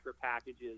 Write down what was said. packages